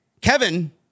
Kevin